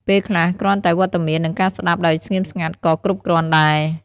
ពេលខ្លះ គ្រាន់តែវត្តមាន និងការស្តាប់ដោយស្ងៀមស្ងាត់ ក៏គ្រប់គ្រាន់ដែរ។